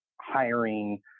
hiring